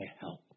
help